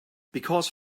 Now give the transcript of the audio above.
because